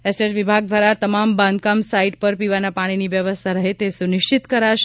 estate વિભાગ દ્વારા તમામ બાંધકામ સાઇટ પર પીવાના પાણીની વ્યવસ્થા રહે તે સુનિશ્ચિત કરાશે